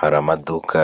Hari amaduka